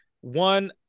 one